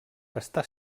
està